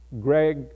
Greg